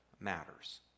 matters